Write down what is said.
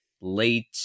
late